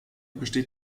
besteht